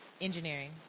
Engineering